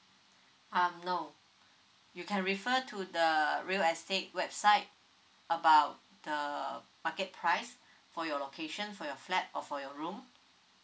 um no you can refer to the real estate website about the market price for your location for your flat or for your room